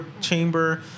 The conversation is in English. Chamber